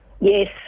Yes